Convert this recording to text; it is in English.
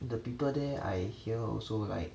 the people there I hear also like